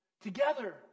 together